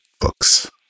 books